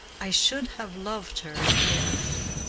i should have loved her, if